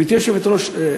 גברתי היושבת-ראש,